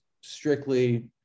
strictly